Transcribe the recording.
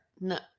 no